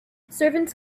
servants